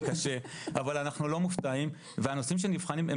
אבל אנחנו לא מופתעים והנושאים שנבחנים,